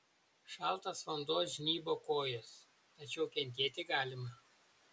šaltas vanduo žnybo kojas tačiau kentėti galima